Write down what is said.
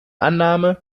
annahme